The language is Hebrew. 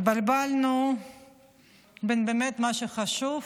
התבלבלנו בין באמת מה שחשוב